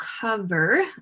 cover